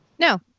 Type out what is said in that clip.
No